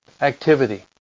activity